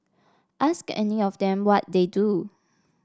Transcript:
ask any of them what they do